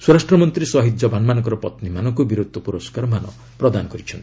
ସ୍ୱରାଷ୍ଟ୍ରମନ୍ତ୍ରୀ ଶହୀଦ୍ ଯବାନମାନଙ୍କର ପତ୍ନୀମାନଙ୍କୁ ବୀରତ୍ୱ ପୁରସ୍କାରମାନ ପ୍ରଦାନ କରିଛନ୍ତି